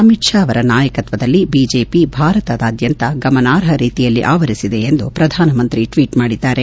ಅಮಿತ್ ಶಾ ಅವರ ನಾಯಕತ್ವದಲ್ಲಿ ಬಿಜೆಪಿ ಭಾರತದಾದ್ಯಂತ ಗಮನಾರ್ಹ ರೀತಿಯಲ್ಲಿ ಆವರಿಸಿದೆ ಎಂದು ಪ್ರಧಾನಮಂತ್ರಿ ಟ್ವೀಟ್ ಮಾಡಿದ್ದಾರೆ